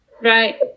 Right